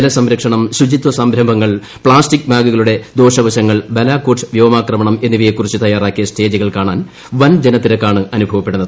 ജലസംരക്ഷണം ശുചിത്വ സംരംഭങ്ങൾ പ്ലാസ്റ്റിക് ബാഗുകളുടെ ദോഷവശങ്ങൾ ബലാകോട്ട് വ്യോമാക്രമണം എന്നിവയെ കുറിച്ച് തയ്യാറാക്കിയ സ്റ്റേജുകൾ കാണാൻ വൻ ജനത്തിരക്കാണ് അനുഭവപ്പെടുന്നത്